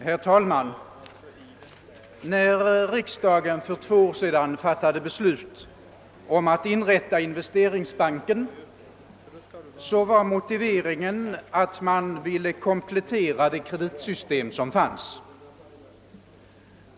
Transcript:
Herr talman! När riksdagen för två år sedan fattade beslut om att inrätta Investeringsbanken, var motiveringen att man ville komplettera det kreditsystem som fanns.